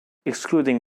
excluding